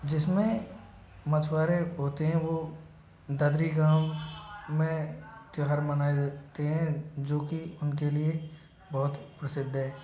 जिसमें मछुआरे होते हें वो ददरी गाँव में त्योहार मनाए जाते हैं जाेकि उनके लिए बहुत प्रसिद्ध है